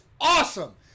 awesome